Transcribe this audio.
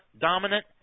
dominant